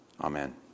Amen